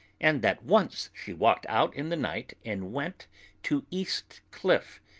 and that once she walked out in the night and went to east cliff,